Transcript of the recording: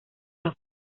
las